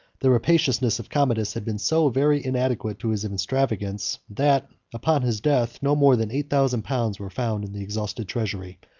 the rapaciousness of commodus had been so very inadequate to his extravagance, that, upon his death, no more than eight thousand pounds were found in the exhausted treasury,